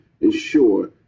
ensure